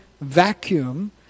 vacuum